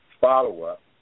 follow-up